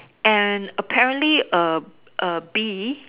and apparently a A bee